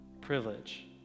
privilege